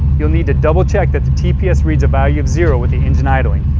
you'll need to double-check that the tps reads a value of zero with the engine idling.